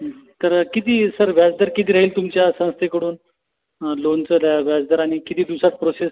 तर किती सर व्याज दर किती राहील तुमच्या संस्थेकडून हं लोनचं ऱ्या व्याज दर आणि किती दिवसात प्रोसेस